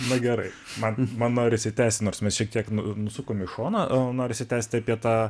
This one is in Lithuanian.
na gerai man mano išsitęsę nors mes šiek tiek nusukome į šoną o norisi tęsti apie tą